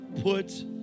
put